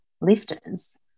lifters